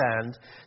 understand